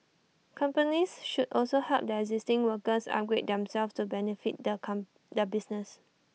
companies should also help their existing workers upgrade themselves to benefit their come their business